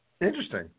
Interesting